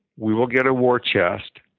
we will get a war chest.